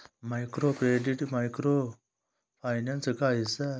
microcredit micro finance का हिस्सा है